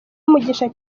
umugisha